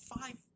five